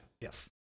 Yes